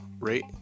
rate